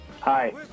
Hi